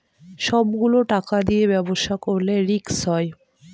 সব গুলো টাকা দিয়ে ব্যবসা করলে রিস্ক হয়